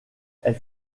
elle